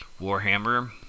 warhammer